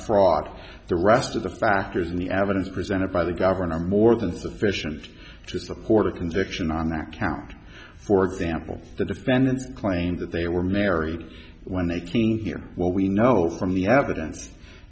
fraud the rest of the factors in the evidence presented by the governor more than sufficient to support a conviction on that count for example the defendant claims that they were married when they came here what we know from the evidence